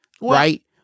right